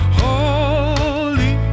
holy